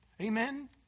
Amen